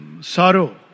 sorrow